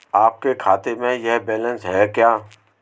आपके खाते में यह बैलेंस है क्या?